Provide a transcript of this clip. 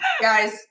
guys